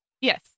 Yes